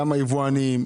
גם היבואנים,